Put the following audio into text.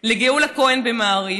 לגאולה כהן במעריב,